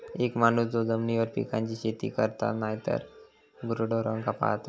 एक माणूस जो जमिनीवर पिकांची शेती करता नायतर गुराढोरांका पाळता